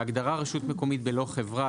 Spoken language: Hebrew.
בהגדרה "רשות מקומית בלא חברה",